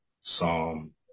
Psalm